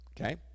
Okay